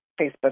Facebook